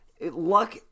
luck